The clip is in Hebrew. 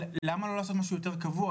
למה לא לעשות משהו יותר קבוע?